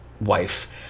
wife